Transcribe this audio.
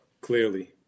clearly